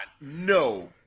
No